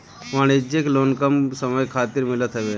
वाणिज्यिक लोन कम समय खातिर मिलत हवे